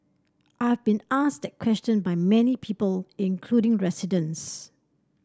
I've been asked that question by many people including residents